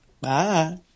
bye